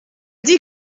dit